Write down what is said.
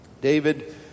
David